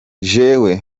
jewe